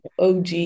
OG